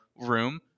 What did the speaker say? room